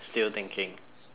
still thinking